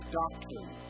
doctrine